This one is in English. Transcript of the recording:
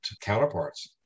counterparts